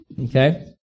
Okay